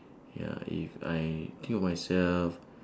ya if I think of myself